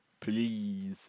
Please